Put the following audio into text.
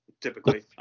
Typically